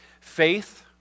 Faith